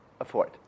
afford